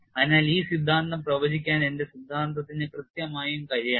അതിനാൽ ഈ സിദ്ധാന്തം പ്രവചിക്കാൻ എന്റെ സിദ്ധാന്തത്തിന് കൃത്യമായും കഴിയണം